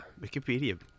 Wikipedia